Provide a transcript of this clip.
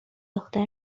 دختر